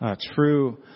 true